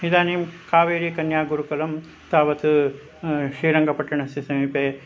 इदानीं कावेरी कन्यागुरुकलं तावत् श्रीरङ्गपट्टणस्य समीपे